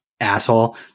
asshole